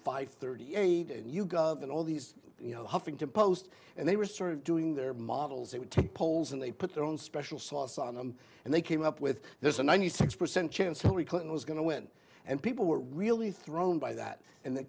five thirty eight and you go in all these you know huffington post and they were sort of doing their models they would take polls and they put their own special sauce on them and they came up with there's a ninety six percent chance hillary clinton was going to win and people were really thrown by that and the